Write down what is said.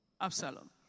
Absalom